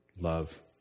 love